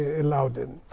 allow them.